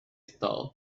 thought